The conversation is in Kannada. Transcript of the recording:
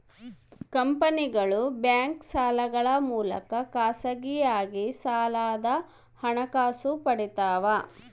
ಕಂಪನಿಗಳು ಬ್ಯಾಂಕ್ ಸಾಲಗಳ ಮೂಲಕ ಖಾಸಗಿಯಾಗಿ ಸಾಲದ ಹಣಕಾಸು ಪಡಿತವ